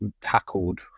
tackled